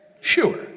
Sure